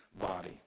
body